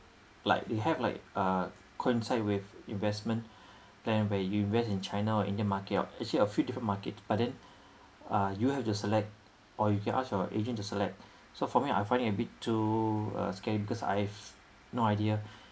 like they have like uh coincide with investment plan where you invest in china or indian market actually a few different market but then uh you have to select or you can ask your agent to select so for me I find it a bit too uh scary because I've no idea